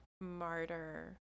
martyr